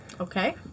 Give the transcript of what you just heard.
Okay